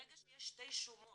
ברגע שיש שתי שומות